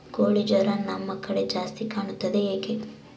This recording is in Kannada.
ಕೋಳಿ ಜ್ವರ ನಮ್ಮ ಕಡೆ ಜಾಸ್ತಿ ಕಾಣುತ್ತದೆ ಏಕೆ?